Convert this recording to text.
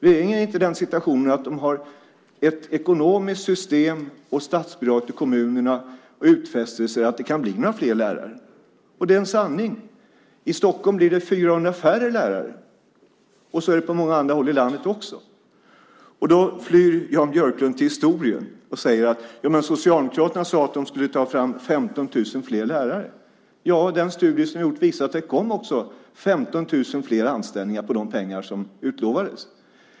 Regeringen är inte i den situationen att den har ett ekonomiskt system och ett statsbidrag till kommunerna som gör det möjligt att ge utfästelser om att det kan bli några fler lärare. Det är en sanning. I Stockholm blir det 400 färre lärare, och så är det på många andra håll i landet också. Då flyr Jan Björklund till historien och säger: Men Socialdemokraterna sade att de skulle ta fram 15 000 fler lärare. Ja, den studie som gjorts visar att det också kom 15 000 fler anställningar för de pengar som utlovades.